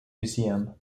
museum